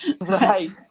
Right